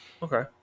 Okay